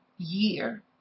Year